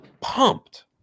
pumped